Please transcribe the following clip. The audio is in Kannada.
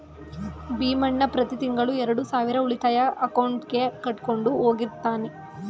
ಭೀಮಣ್ಣ ಪ್ರತಿ ತಿಂಗಳು ಎರಡು ಸಾವಿರ ಉಳಿತಾಯ ಅಕೌಂಟ್ಗೆ ಕಟ್ಕೊಂಡು ಹೋಗ್ತಿದ್ದಾನೆ